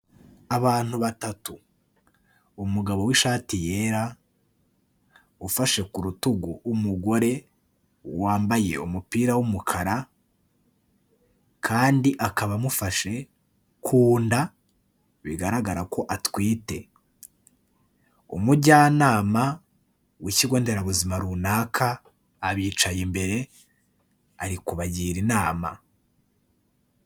Abantu batatu, umugabo w'ishati yera ufashe ku rutugu umugore wambaye umupira w'umukara kandi akaba amufashe ku nda, bigaragara ko atwite umujyanama w'ikigo nderabuzima runaka abicaye imbere ari kubagira inama.